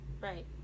Right